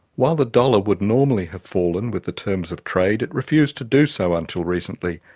while the dollar would normally have fallen with the terms of trade, it refused to do so until recently,